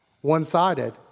One-sided